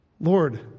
Lord